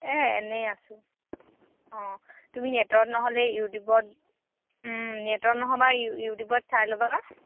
এই এনেই আছো অঁ তুমি নেটত নহ'লে ইউটিউবত নেটত নহ'বা ইউইউটিউবত চাই ল'বা